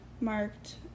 marked